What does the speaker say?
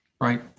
right